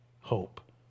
hope